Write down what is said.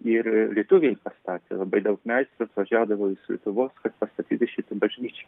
ir lietuviai pastatė labai daug meistras atvažiuodavo iš lietuvos pastatyti šitą bažnyčią